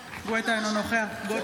אינו נוכח ששון ששי גואטה,